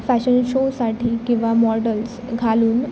fashion शोसाठी किंवा models घालून